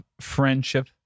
friendship